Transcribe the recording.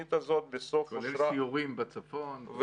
התוכנית הזאת בסוף אושרה --- כולל סיורים בצפון.